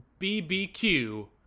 BBQ